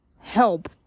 help